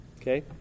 Okay